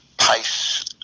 Pace